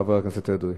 חבר הכנסת אדרי.